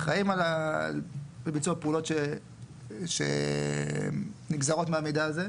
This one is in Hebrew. אחראים לביצוע פעולות שנגזרות מהמידע הזה.